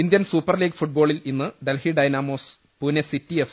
Indian super league ഫുട്ബോളിൽ ഇന്ന് Delhi Dynamos Pune city F